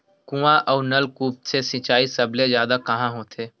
कुआं अउ नलकूप से सिंचाई सबले जादा कहां होथे?